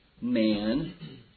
man